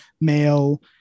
male